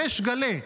בריש גלי,